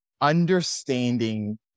understanding